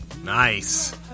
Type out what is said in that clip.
Nice